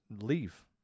leave